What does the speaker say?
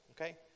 okay